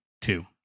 two